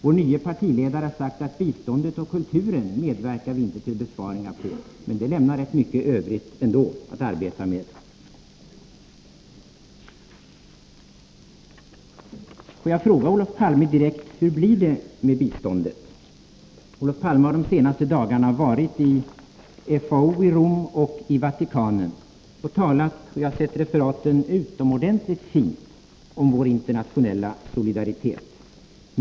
Vår nye partiledare har sagt att på biståndets och kulturens områden medverkar vi inte till besparingar, men det lämnar ändå rätt mycket Övrigt att arbeta med. Får jag fråga Olof Palme direkt: Hur blir det med biståndet? Olof Palme har under de senaste dagarna varit i FAO i Rom och i Vatikanen och talat — jag har sett referaten — utomordentligt fint om vår internationella solidaritet.